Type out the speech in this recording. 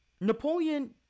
Napoleon